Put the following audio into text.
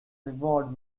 reward